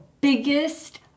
biggest